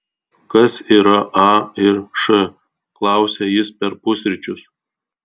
kas yra a ir š klausia jis per pusryčius